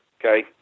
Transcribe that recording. okay